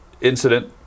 incident